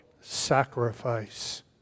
sacrifice